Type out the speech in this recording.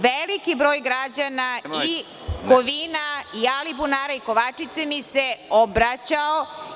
Veliki broj građana i Kovina, i Alibunara, i Kovačice mi se obraćao.